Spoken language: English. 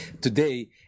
today